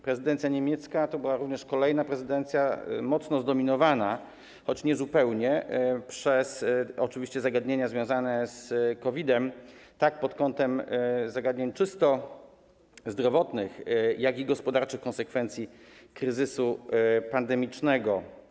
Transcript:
Prezydencja niemiecka to była również kolejna prezydencja mocno zdominowana, choć niezupełnie, przez zagadnienia związane z COVID-em zarówno pod kątem zagadnień czysto zdrowotnych, jak i gospodarczych konsekwencji kryzysu pandemicznego.